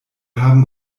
haben